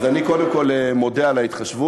אז אני קודם כול מודה על ההתחשבות.